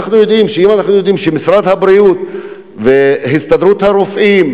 אנחנו יודעים שאם משרד הבריאות והסתדרות הרופאים,